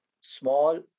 small